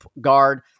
guard